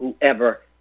whoever